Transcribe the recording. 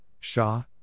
Shah